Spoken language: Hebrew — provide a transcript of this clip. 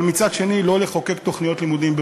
אבל מצד שני לא לחוקק תוכניות לימודים.